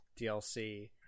DLC